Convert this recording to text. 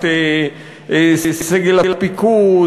את סגל הפיקוד,